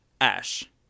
ash